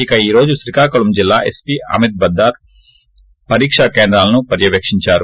ఇక ఈ రోజు శ్రీకాకుళం జిల్లాలో జిల్లా ఎస్పీ అమిత్ బర్గార్ పరీకా కేంద్రాలను పర్యవేకించారు